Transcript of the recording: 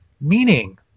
meaning